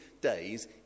days